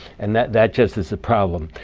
and that that just is the problem.